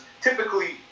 typically